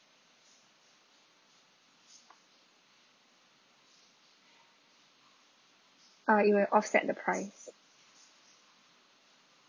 ah it will offset the price